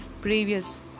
previous